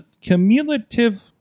cumulative